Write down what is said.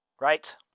right